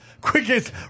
quickest